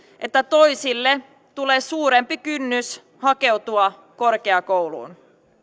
että toisille tulee suurempi kynnys hakeutua korkeakouluun